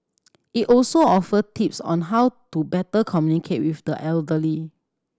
it also offer tips on how to better communicate with the elderly